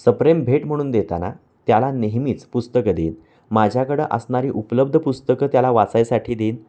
सप्रेम भेट म्हणून देताना त्याला नेहमीच पुस्तकं देईन माझ्याकडं असणारी उपलब्ध पुस्तकं त्याला वाचायसाठी देईन